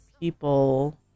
people